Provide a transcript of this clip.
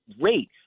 rate